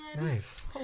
Nice